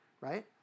right